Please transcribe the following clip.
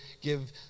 give